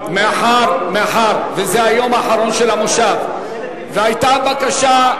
מאחר שזה היום האחרון של המושב והיתה בקשה,